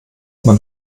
man